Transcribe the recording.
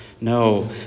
No